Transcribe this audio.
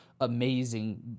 amazing